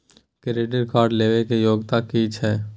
Credit card लेबै के योग्यता कि छै?